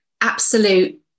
absolute